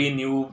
new